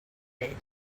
ell